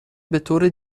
بطور